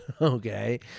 okay